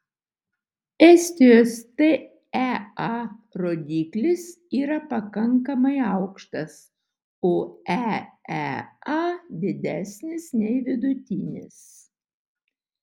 estijos tea rodiklis yra pakankamai aukštas o eea didesnis nei vidutinis